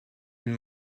and